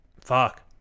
Fuck